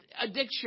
Addiction